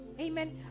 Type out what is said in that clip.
amen